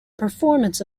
performance